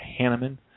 Hanneman